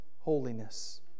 holiness